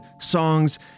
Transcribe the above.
songs